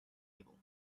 table